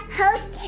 host